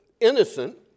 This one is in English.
innocent